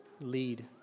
Lead